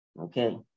Okay